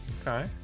Okay